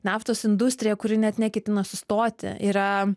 naftos industrija kuri net neketina sustoti yra